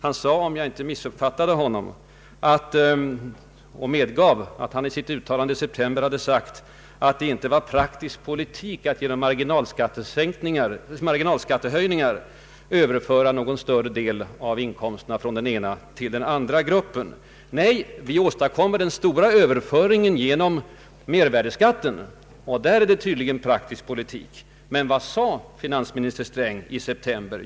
Han medgav, om jag inte missuppfattade honom, att han i sitt uttalande i september hade sagt att det inte var praktisk politik att ”genom marginalskattehöjningar” överföra en större del av inkomsterna från den ena till den andra gruppen. Däremot skulle han ha varit beredd att åstadkomma kännbara överföringar genom mervärdeskatten. En sådan inkomstöverflyttning, menade han, var uttryck för praktisk politik. Men vad sade finansminister Sträng i september?